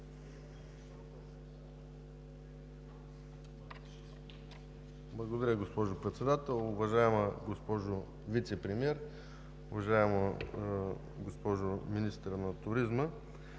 Благодаря, госпожо Председател. Уважаема госпожо Вицепремиер, уважаема госпожо Министър на туризма!